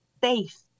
faith